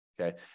Okay